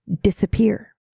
disappear